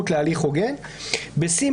ההכחשות הגורפות בכל